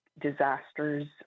disasters